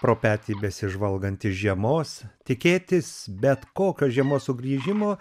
pro petį besižvalgantis žiemos tikėtis bet kokio žiemos sugrįžimo